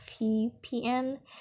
vpn